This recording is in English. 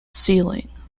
ceiling